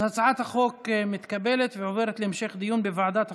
אז הצעת החוק מתקבלת ועוברת להמשך דיון בוועדת החוקה,